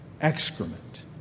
Excrement